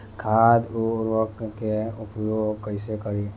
खाद व उर्वरक के उपयोग कईसे करी?